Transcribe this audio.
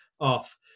off